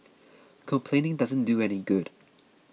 complaining doesn't do any good